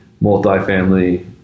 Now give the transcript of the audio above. multi-family